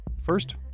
First